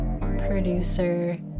producer